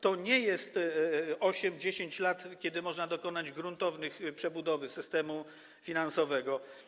to nie jest 8, 10 lat, kiedy można dokonać gruntownej przebudowy systemu finansowego.